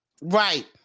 Right